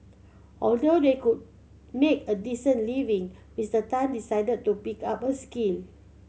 although they could make a decent living Mister Tan decided to pick up a skill